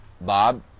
Bob